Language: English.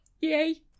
yay